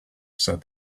said